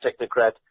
technocrat